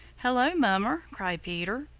hello, mummer! cried peter.